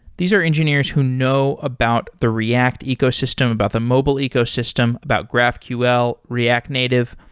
these are engineers who know about the react ecosystem, about the mobile ecosystem, about graphql, react native.